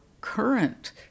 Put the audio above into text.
current